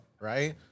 right